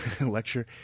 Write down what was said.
lecture